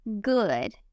good